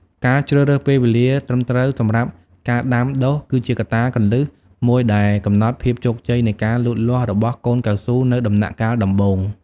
ការជ្រើសរើសពេលវេលាត្រឹមត្រូវសម្រាប់ការដាំដុះ គឺជាកត្តាគន្លឹះមួយដែលកំណត់ភាពជោគជ័យនៃការលូតលាស់របស់កូនកៅស៊ូនៅដំណាក់កាលដំបូង។